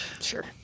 Sure